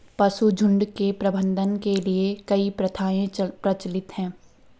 पशुझुण्ड के प्रबंधन के लिए कई प्रथाएं प्रचलित हैं